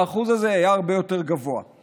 האחוז הזה היה הרבה יותר גבוה,